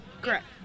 Correct